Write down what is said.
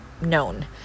known